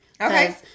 Okay